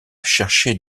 chercher